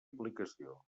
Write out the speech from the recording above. aplicació